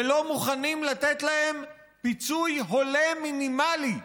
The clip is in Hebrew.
ולא מוכנים לתת להם פיצוי הולם מינימלי.